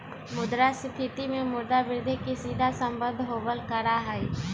मुद्रास्फीती से मुद्रा वृद्धि के सीधा सम्बन्ध होबल करा हई